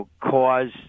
cause